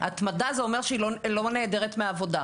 התמדה זה אומר שהיא לא נעדרת מהעבודה,